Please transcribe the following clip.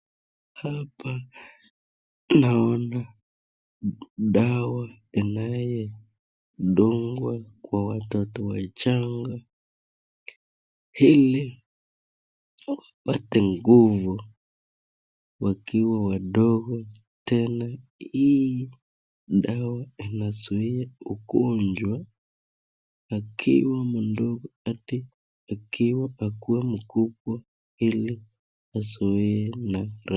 Hapa naona dawa inayodungwa kwa watoto wachanga ili wapate nguvu wakiwa wadogo. Tena hii dawa inazuia ugonjwa lakini ni ndogo ati akiwa mkubwa ilia azuie [].